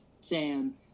Sam